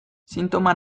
sintoma